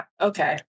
Okay